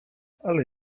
ale